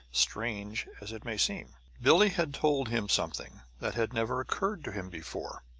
strange as it may seem, billie had told him something that had never occurred to him before.